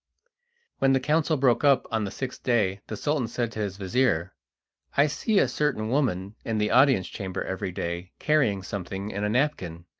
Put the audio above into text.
when the council broke up on the sixth day the sultan said to his vizir i see a certain woman in the audience-chamber every day carrying something in a napkin.